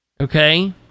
okay